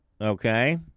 okay